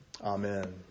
Amen